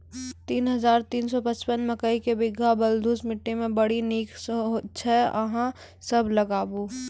तीन हज़ार तीन सौ पचपन मकई के बीज बलधुस मिट्टी मे बड़ी निक होई छै अहाँ सब लगाबु?